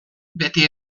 beti